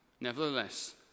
nevertheless